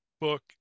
book